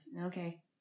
okay